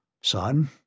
Son